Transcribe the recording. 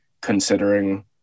considering